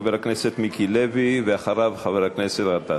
חבר הכנסת מיקי לוי, ואחריו, חבר הכנסת גטאס.